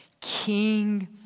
King